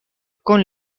con